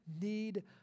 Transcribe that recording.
need